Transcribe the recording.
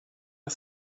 you